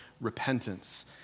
repentance